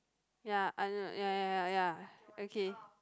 ya uh ya ya ya ya okay